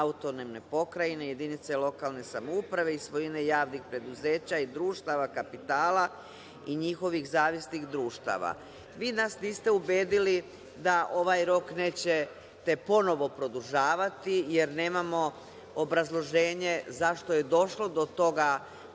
autonomne pokrajine, jedinice lokalne samouprave i svojine javnih preduzeća i društava, kapitala i njihovih zavisnih društava. Vi nas niste ubedili da ovaj rok nećete ponovo produžavati jer nemamo obrazloženje zašto je došlo do toga